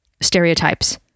stereotypes